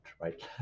right